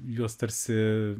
juos tarsi